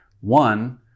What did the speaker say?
one